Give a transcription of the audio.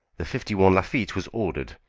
the fifty one lafitte was ordered,